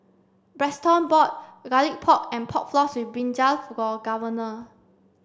Braxton bought garlic pork and pork floss with Brinjal for Governor